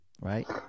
right